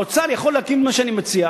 האוצר יכול להקים את מה שאני מציע,